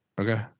Okay